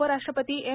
उपराष्ट्रपती एम